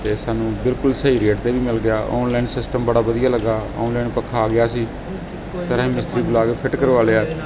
ਅਤੇ ਸਾਨੂੰ ਬਿਲਕੁਲ ਸਹੀ ਰੇਟ 'ਤੇ ਵੀ ਮਿਲ ਗਿਆ ਔਨਲਾਈਨ ਸਿਸਟਮ ਬੜਾ ਵਧੀਆ ਲੱਗਾ ਔਨਲਾਈਨ ਪੱਖਾ ਆ ਗਿਆ ਸੀ ਘਰ ਮਿਸਤਰੀ ਬੁਲਾ ਕੇ ਫਿੱਟ ਕਰਵਾ ਲਿਆ